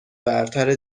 برتر